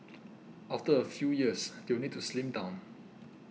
after a few years they will need to slim down